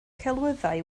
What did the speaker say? celwyddau